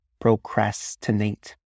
procrastinate